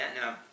now